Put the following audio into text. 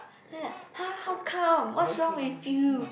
then like !huh! how come what's wrong with you